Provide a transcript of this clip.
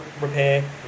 repair